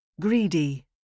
Greedy